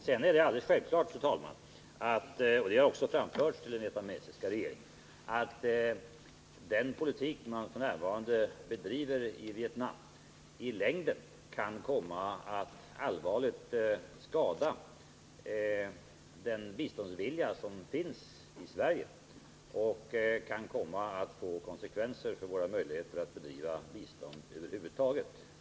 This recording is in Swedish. Sedan är det, fru talman, alldeles självklart — och detta har också framhållits för den vietnamesiska regeringen — att den politik som f.n. bedrivs i Vietnam i längden kan komma att allvarligt skada biståndsviljan i Sverige och få konsekvenser för våra möjligheter att över huvud taget lämna bistånd.